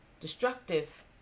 destructive